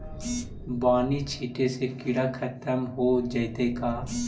बानि छिटे से किड़ा खत्म हो जितै का?